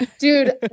dude